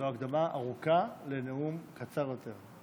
זו הקדמה ארוכה לנאום קצר יותר.